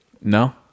No